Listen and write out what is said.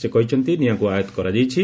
ସେ କହିଛନ୍ତି ନିଆଁକୁ ଆୟତ୍ତ କରାଯାଇଛି